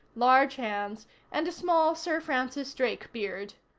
large hands and a small sir francis drake beard.